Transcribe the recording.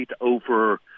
over